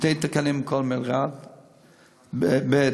שני תקנים לכל מלר"ד, ב.